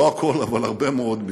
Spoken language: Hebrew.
לא הכול, אבל הרבה מאוד מזה.